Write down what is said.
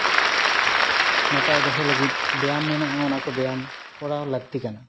ᱱᱟᱯᱟᱭ ᱫᱚᱦᱚ ᱞᱟᱹᱜᱤᱫ ᱵᱮᱭᱟᱢ ᱢᱮᱱᱟᱜᱼᱟ ᱚᱱᱟ ᱠᱚ ᱵᱮᱭᱟᱢ ᱠᱚᱨᱟᱣ ᱞᱟᱹᱠᱛᱤ ᱠᱟᱱᱟ